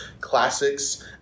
classics